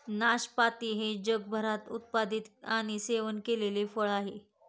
नाशपाती हे जगभरात उत्पादित आणि सेवन केलेले फळ आहे